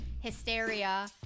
hysteria